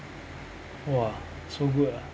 !wah! so good ah